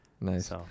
Nice